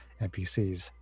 NPCs